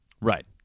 right